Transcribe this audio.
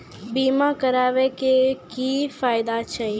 बीमा कराबै के की फायदा छै?